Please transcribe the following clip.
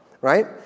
Right